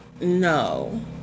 No